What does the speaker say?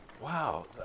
Wow